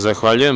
Zahvaljujem.